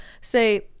say